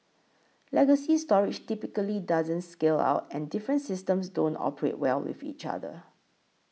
legacy storage typically doesn't scale out and different systems don't operate well with each other